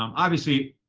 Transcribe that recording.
um obviously,